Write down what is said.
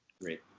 great